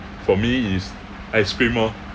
for me is ice cream lor